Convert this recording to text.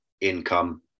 income